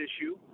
issue